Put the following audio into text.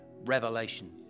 revelation